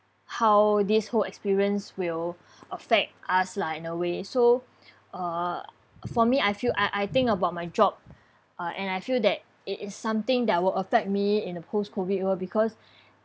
how this whole experience will affect us lah in a way so uh for me I feel I I think about my job uh and I feel that it is something that will affect me in a post COIVD world because